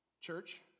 church